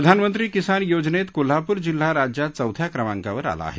प्रधानमंत्री किसान योजनेत कोल्हापूर जिल्हा राज्यात चौथ्या क्रमांकावर आला आहे